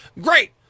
Great